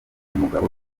umugabo